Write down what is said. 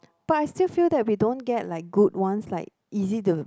but I still feel that we don't get like good ones like easy to